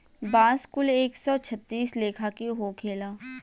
बांस कुल एक सौ छत्तीस लेखा के होखेला